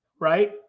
right